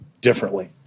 differently